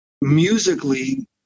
musically